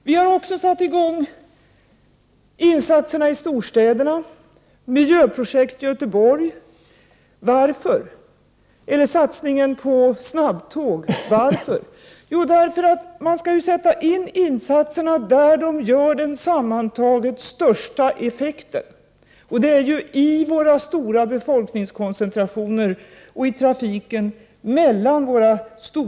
Vi har också satt i gång insatserna i storstäderna, med miljöprojekt i Göteborg och satsningen på snabbtåg. Varför? Jo, därför att man skall sätta in insatserna där de ger den sammantaget största effekten, och det är i de stora befolkningskoncentrationerna och i trafiken mellan dessa. Prot.